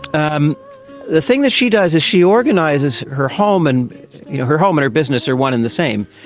um the thing that she does is she organises her home, and you know her home and her business are one and the same,